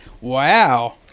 Wow